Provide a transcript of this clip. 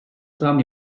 zam